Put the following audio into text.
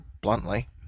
bluntly